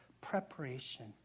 preparation